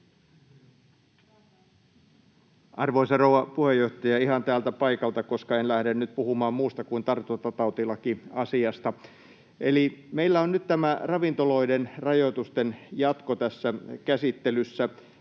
Arvoisa rouva puheenjohtaja! Ihan täältä paikalta, koska en lähde nyt puhumaan muusta kuin tartuntatautilakiasiasta. Meillä on nyt tämä ravintoloiden rajoitusten jatko tässä käsittelyssä.